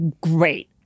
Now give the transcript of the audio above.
Great